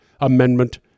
amendment